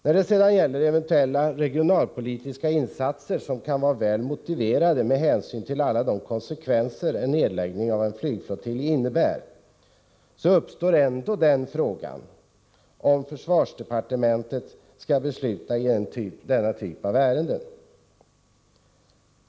När det sedan gäller eventuella regionalpolitiska insatser, som kan vara väl så motiverade med hänsyn till alla de konsekvenser en nedläggning av en flygflottilj innebär, uppstår ändå frågan om försvarsdepartementet skall besluta i denna typ av ärenden.